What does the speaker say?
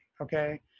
okay